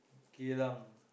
Geylang